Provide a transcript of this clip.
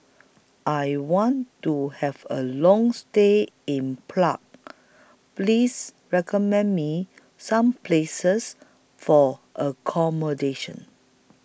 I want to Have A Long stay in Please recommend Me Some Places For accommodation